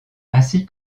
ainsi